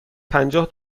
پنجاه